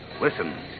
Listen